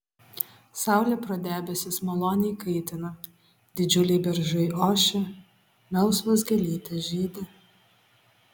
saulė pro debesis maloniai kaitina didžiuliai beržai ošia melsvos gėlytės žydi